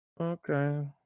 Okay